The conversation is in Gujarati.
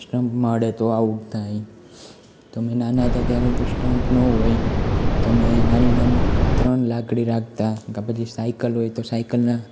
સ્ટંપમાં અડે તો આઉટ થાય તમે નાના હતા ત્યારે તો સ્ટંપ નો હોય તો મેં નાની નાની ત્રણ લાકડી રાખતા કાં પછી સાઈકલ હોય તો સાઈકલના